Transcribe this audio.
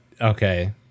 okay